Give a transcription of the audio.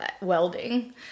welding